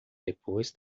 depois